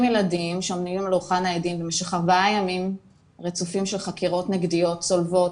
ילדים --- לדוכן העדים במשך ארבעה ימים רצופים של חקירות נגדיות צולבות,